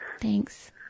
Thanks